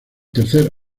tercer